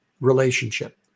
relationship